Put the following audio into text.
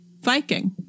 viking